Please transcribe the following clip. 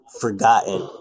forgotten